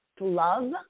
love